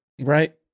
right